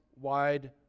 wide